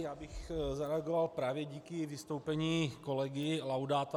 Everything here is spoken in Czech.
Já bych zareagoval právě díky vystoupení kolegy Laudáta.